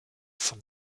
von